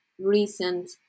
recent